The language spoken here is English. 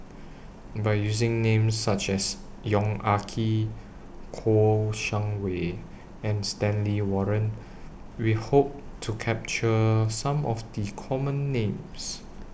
By using Names such as Yong Ah Kee Kouo Shang Wei and Stanley Warren We Hope to capture Some of The Common Names